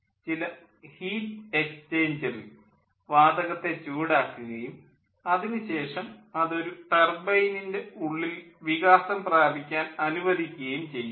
ചില ഹീറ്റ് എക്സ്ചേഞ്ചറിൽ വാതകത്തെ ചൂടാക്കുകയും അതിനുശേഷം അത് ഒരു ടർബൈനിൻ്റെ ഉള്ളിൽ വികാസം പ്രാപിക്കാൻ അനുവദിക്കുകയും ചെയ്യുന്നു